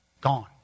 gone